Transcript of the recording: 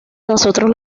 nosotros